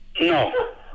No